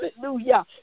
hallelujah